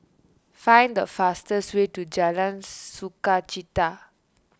find the fastest way to Jalan Sukachita